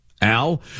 Al